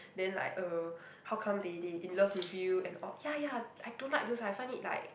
then like uh how come they they in love with you and all ya ya I don't like those I find it like